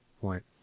point